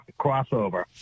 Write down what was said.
crossover